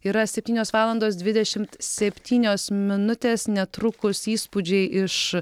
yra septynios valandos dvidešimt septynios minutės netrukus įspūdžiai iš